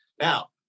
Now